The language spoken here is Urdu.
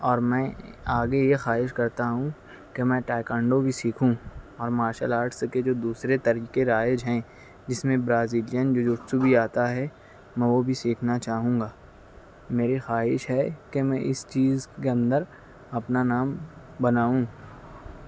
اورمیں آگے یہ خواہش کرتا ہوں کہ میں تائکوانڈو بھی سیکھوں مارشل آرٹس کے جو دوسرے طریقے رائج ہیں جس میں برازیلین جیوتسو بھی آتا ہے میں وہ بھی سیکھنا چاہوں گا میری خواہش ہے کہ میں اس چیز کے اندر اپنا نام بناؤں